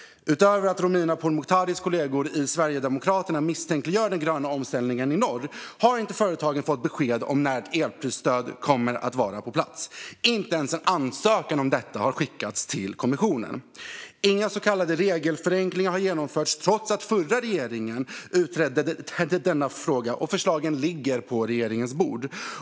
Utöver att Romina Pourmokhtaris kollegor i Sverigedemokraterna misstänkliggör den gröna omställningen i norr har inte företagen fått besked om när ett elprisstöd kommer att vara på plats. Inte ens en ansökan om detta har skickats till kommissionen. Inga så kallade regelförenklingar har genomförts, trots att den förra regeringen utredde denna fråga och förslagen ligger på regeringens bord.